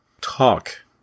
Talk